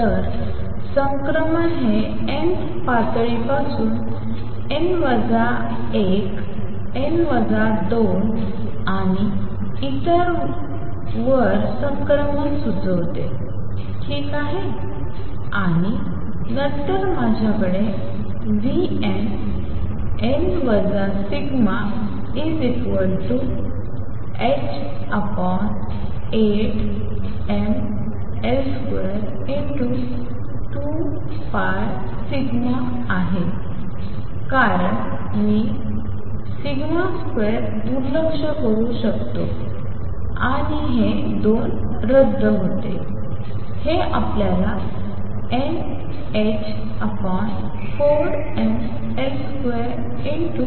तर संक्रमण हे nth पातळी पासून n 1 n 2 आणि इतर वर संक्रमण सुचवते ठीक आहे आणि नंतर माझ्याकडे nn τh8mL22nτ आहे कारण मी 2 दुर्लक्ष करू शकतो आणि हे 2 रद्द होते हे आपल्याला nh4ml2τ